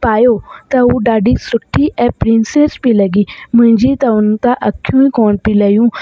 पायो त हू ॾाढी सुठी ऐं प्रिंसस पई लॻी मुंहिंजी त उन था अखियूं ई कोन पई लहियूं